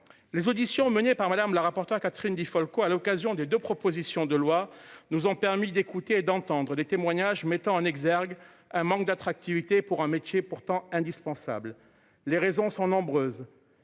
Les auditions menées par Madame la rapporteure Catherine Di Folco, à l'occasion des 2 propositions de loi nous ont permis d'écouter et d'entendre des témoignages mettant en exergue un manque d'attractivité pour un métier pourtant indispensable. Les raisons sont nombreuses.